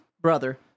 brother